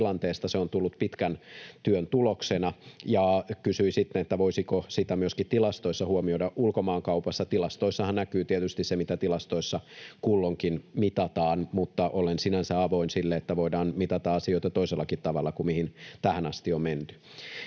se on tullut pitkän työn tuloksena — ja kysyi sitten, voisiko sitä myöskin tilastoissa huomioida. Ulkomaankaupassa tilastoissahan näkyy tietysti se, mitä tilastoissa kulloinkin mitataan, mutta olen sinänsä avoin sille, että voidaan mitata asioita toisellakin tavalla kuin tähän asti on menty.